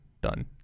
done